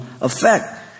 effect